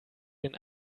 den